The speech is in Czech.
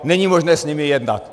Není možné s nimi jednat.